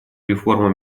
реформу